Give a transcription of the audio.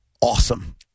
awesome